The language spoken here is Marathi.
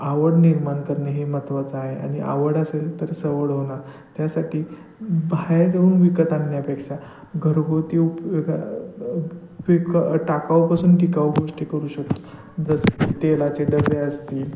आवड निर्माण करणे हे महत्त्वाचं आहे आणि आवड असेल तर सवड होणार त्यासाठी बाहेर येऊन विकत आणण्यापेक्षा घरगुती उपयोगी विक टाकाऊपासून टिकाऊ गोष्टी करू शकतो जसं की तेलाचे डबे असतील